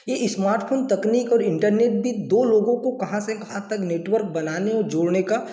ये स्मार्टफोन तकनीक और इंटरनेट भी दो लोगों को कहाँ से कहाँ तक नेटवर्क बनाने और जोड़ने का